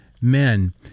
men